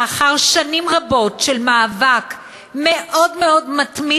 לאחר שנים רבות של מאבק מאוד מאוד מתמיד